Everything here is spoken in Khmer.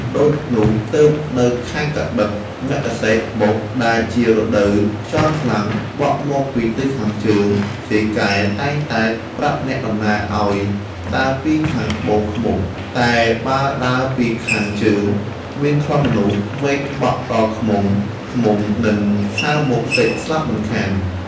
ដូចនោះ ទើបនៅខែកត្តិក-មិគសិរ-បុស្ស ដែលជារដូវខ្យល់ខ្លាំង បក់មកពីទិសខាងជើង យាយកែតែងតែប្រាប់អ្នកដំណើរឲ្យដើរពីខាងត្បូងឃ្មុំ តែបើដើរពីខាងជើង មានក្លិនមនុស្សរមែងបក់ដល់ឃ្មុំៗនឹងហើរមកទិចស្លាប់មិនខាន ។